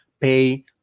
pay